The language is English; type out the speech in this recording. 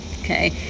okay